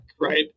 right